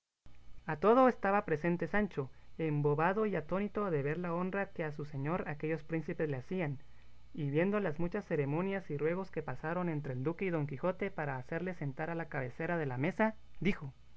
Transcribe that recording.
a todo estaba presente sancho embobado y atónito de ver la honra que a su señor aquellos príncipes le hacían y viendo las muchas ceremonias y ruegos que pasaron entre el duque y don quijote para hacerle sentar a la cabecera de la mesa dijo